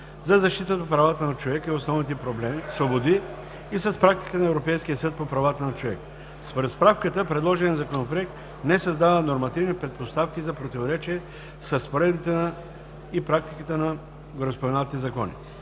за защита правата на човека и основните свободи (ЕКЗПЧОС) и с практиката на Европейския съд по правата на човека (ЕСПЧ). Според справката предложеният законопроект не създава нормативни предпоставки за противоречие с разпоредбите и практиките на гореспоменатите закони.